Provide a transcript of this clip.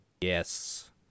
Yes